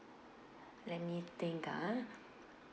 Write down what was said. let me think ah